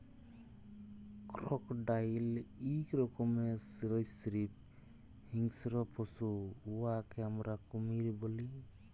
crocodile ইক রকমের সরীসৃপ হিংস্র পশু উয়াকে আমরা কুমির ব্যলি